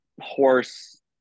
horse